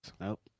nope